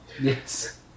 Yes